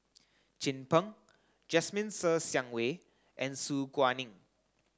Chin Peng Jasmine Ser Xiang Wei and Su Guaning